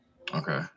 okay